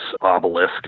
obelisk